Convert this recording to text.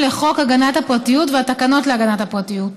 לחוק הגנת הפרטיות והתקנות להגנת הפרטיות.